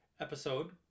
episode